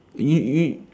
y~ y~